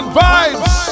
vibes